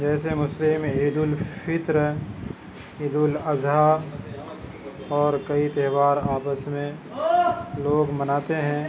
جیسے مسلم میں عیدالفطر عیدالاضحیٰ اور کئی تیوہار آپس میں لوگ مناتے ہیں